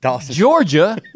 Georgia